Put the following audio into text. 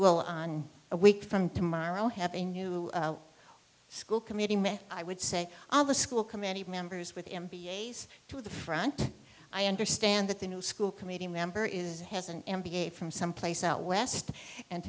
will on a week from tomorrow have a new school committee may i would say all the school committee members with m b a s to the front i understand that the new school committee member is has an m b a from someplace out west and